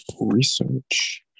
research